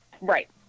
Right